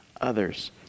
others